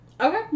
Okay